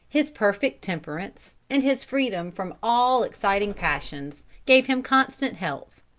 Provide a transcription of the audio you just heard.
his perfect temperance, and his freedom from all exciting passions, gave him constant health.